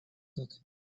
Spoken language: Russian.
как